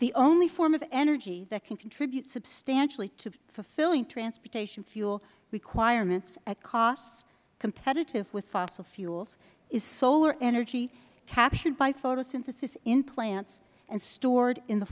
the only form of energy that can contribute substantially to fulfilling transportation fuel requirements at costs competitive with fossil fuels is solar energy captured by photosynthesis in plants and stored in the